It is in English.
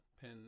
pin